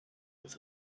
with